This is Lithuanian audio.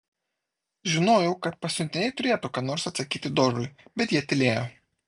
žinojau kad pasiuntiniai turėtų ką nors atsakyti dožui bet jie tylėjo